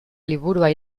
liburua